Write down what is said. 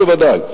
בוודאי,